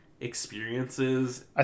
experiences